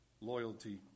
loyalty